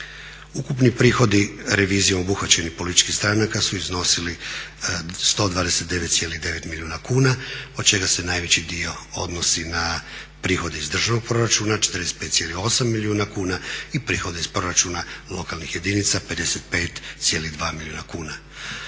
Ukupni prihodi revizijom obuhvaćenih političkih stranaka su iznosili 129,9 milijuna kuna od čega se najveći dio odnosi na prihode iz državnog proračuna 45,8 milijuna kuna i prihode iz proračuna lokalnih jedinica 55,2 milijuna kuna.